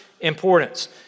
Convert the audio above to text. importance